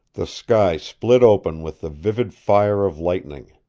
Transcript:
the sky split open with the vivid fire of lightning.